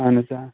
اَہَن حظ آ